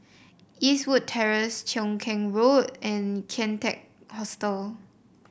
Eastwood Terrace Cheow Keng Road and Kian Teck Hostel